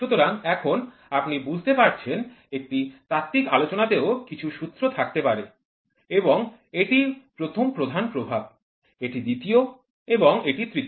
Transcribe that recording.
সুতরাং এখন আপনি বুঝতে পারছেন একটি তাত্ত্বিক আলোচনাতেও কিছু সূত্র থাকতে পারে এবং এটিই প্রথম প্রধান প্রভাব এটি দ্বিতীয় এবং এটি তৃতীয়